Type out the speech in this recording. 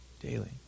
daily